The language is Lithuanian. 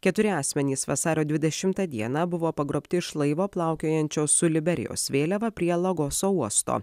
keturi asmenys vasario dvidešimtą dieną buvo pagrobti iš laivo plaukiojančio su liberijos vėliava prie lagoso uosto